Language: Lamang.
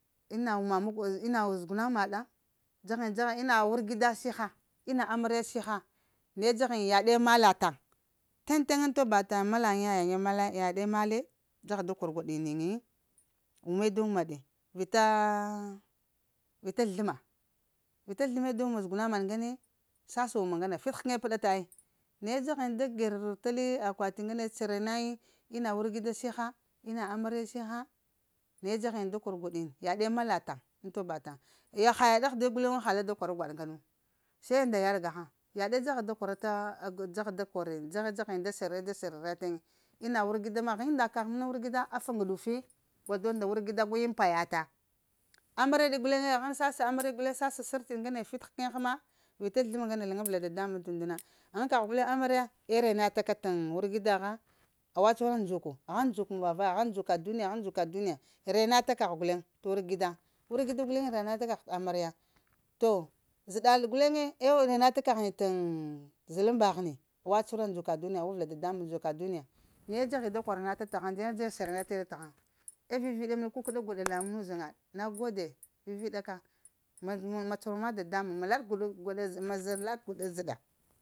Ina wuima makau? Ina zuguna maɗa dzahaŋ-dzagha ina wargida siha ina amarya siha naye dzagha yin, yaɗe mala taŋ teŋ-teŋa ŋ toba taŋ mala yiŋ ya yiŋe mala, yaɗe male, dzagha da kor gwaɗi yiŋi, wume da wuma de vita vita zləma, vita zləme da wuma zuguna maɗ ŋgane sasa wuma ŋgane fit həkəne pəɗata ai, na ye dzagha da gər ta li akwati ŋgane shirya na yiŋi, ina wargida siha, ina amarya siha, naye dzagha yiŋ da kor gwaɗini, yaɗe mala taɗ ŋ toba tan aya ha yaɗagh de guleŋ mo hala da kwara t'gwaɗ ŋganu se nda yaŋ gahaŋ yaɗe dzaha da kwarata, dzaghe dzhe da sir yiŋ da sir ya ya tayiŋi unda wargida ma? Ghan unda kagh məna wargida afa ŋguɗufi gol dozl nda wargida guyiŋ payata amar yaɗ guleŋe? Han sasa amrya guleŋe sasa sar tini fil həkəne həma vita zləma ŋgane laŋgabla da da mun t'und na? Ghan kagh gulen amarya eh rena taka t'ŋ wargida gha. Awa cuhura ndzuku? Ghan ndzok muŋ-va-vaya? Ghan ndzuka duniya? Ghan ndzuka duniya rena ta kagh guleŋ t'wargida gha, wargida guleŋ rena ta kagh t'amarya. To zəɗal guleŋe eh rena ta kaghiŋ t'ŋ zəɗa laŋ mba ghiŋi awa cuhura nduka duniya awa vəla dada muŋ ndzuka duniya. Naye dzgha yiŋ da kwarana te taghaŋ dzahe-dzaha yiŋ shirya tina tahay, eh viviɗa yiŋ məna eh kukəda gwaɗa la muŋa ɗa uzan na gode, vivida ka ma cuhura ma dadamuŋ ma laɗ gwaɗa zəɗa.